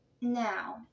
Now